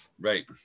Right